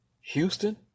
Houston